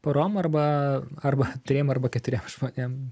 porom arba arba arba triem arba keturiem žmonėm